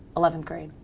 eleventh grade,